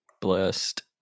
Blessed